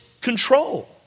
control